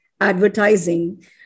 advertising